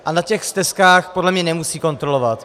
A na těch stezkách podle mě nemusí kontrolovat.